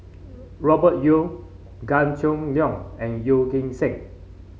Robert Yeo Gan Choo Neo and Yeo Kim Seng